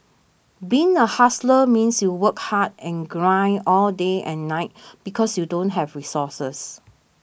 being a hustler means you work hard and grind all day and night because you don't have resources